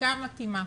חקיקה מתאימה.